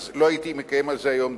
לא הייתי מקיים על זה היום דיון.